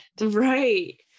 Right